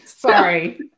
Sorry